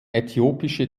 äthiopische